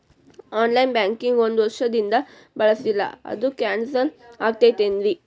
On line banking ಒಂದ್ ವರ್ಷದಿಂದ ಬಳಸಿಲ್ಲ ಅದು ಕ್ಯಾನ್ಸಲ್ ಆಗಿರ್ತದೇನ್ರಿ?